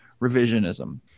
revisionism